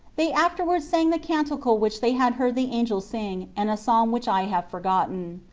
they afterwards sang the canticle which they had heard the angels sing and a psalm which i have forgotten.